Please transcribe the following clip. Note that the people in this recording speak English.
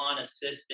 assistant